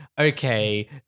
okay